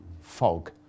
fog